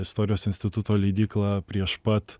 istorijos instituto leidykla prieš pat